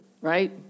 Right